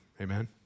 Amen